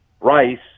Rice